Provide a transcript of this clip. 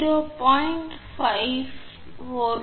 544 சென்டிமீட்டருக்கு சமம் எனவே R 2